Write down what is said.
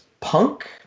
punk